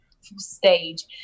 stage